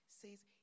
says